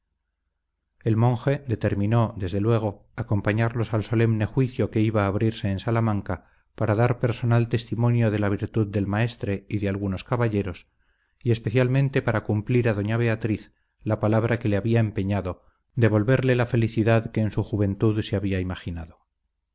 el monje determinó desde luego acompañarlos al solemne juicio que iba a abrirse en salamanca para dar personal testimonio de la virtud del maestre y de algunos caballeros y especialmente para cumplir a doña beatriz la palabra que le había empeñado de volverle la felicidad que en su juventud se había imaginado